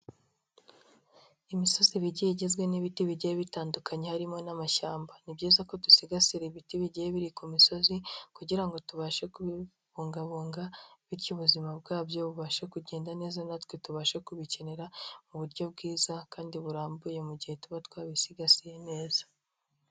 Imisozi iba igiye igizwe n'ibiti bigiye bitandukanye harimo n'amashyamba. Ni byiza ko dusigasira ibiti bigiye biri ku misozi kugira ngo tubashe kubibungabunga bityo ubuzima bwabyo bubashe kugenda neza natwe tubashe kubikenera mu buryo bwiza kandi burambuye mu gihe tuba twabisigasiye neza.